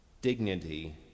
dignity